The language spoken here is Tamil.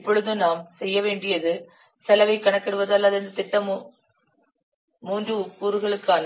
இப்பொழுது நாம் செய்ய வேண்டியது செலவைக் கணக்கிடுவது அல்லது இந்த மூன்று கூறுகளுக்கான